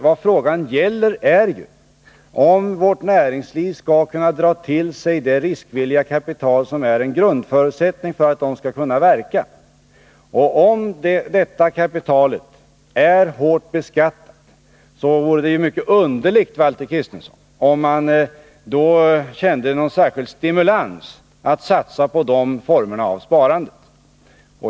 Vad frågan gäller är ju om vårt näringsliv skall kunna dra till sig det riskvilliga kapital som är en grundförutsättning för att det skall kunna verka. Om detta kapital är hårt beskattat vore det ju mycket underligt, Valter Kristenson, om man kände någon särskild stimulans att satsa på de formerna av sparande.